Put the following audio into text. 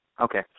Okay